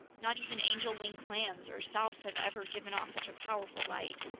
not even angel-wing clams or salps have ever given off such a powerful light.